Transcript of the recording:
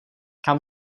kam